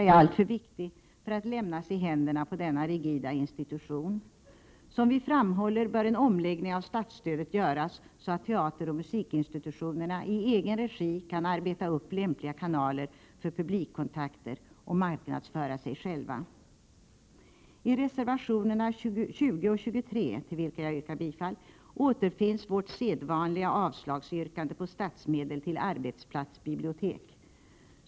är alltför viktig för att lämnas i händerna på denna rigida institution. Som vi framhåller bör en omläggning av statsstödet göras, så att teateroch musikinstitutionerna i egen regi kan arbeta upp lämpliga kanaler för publikkontakter och marknadsföra sig själva. I reservationerna 20 och 23, till vilka jag yrkar bifall, återfinns vårt sedvanliga avslagsyrkande på förslaget om statsmedel till arbetsplatsbibliotek.